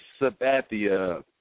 Sabathia